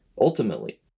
ultimately